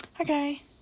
okay